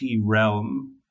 realm